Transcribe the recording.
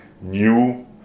new